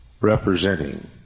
representing